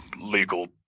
legal